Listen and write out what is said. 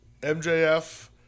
MJF